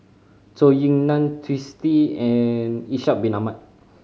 Zhou Ying Nan Twisstii and Ishak Bin Ahmad